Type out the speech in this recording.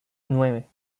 nueve